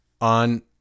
on